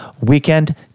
weekend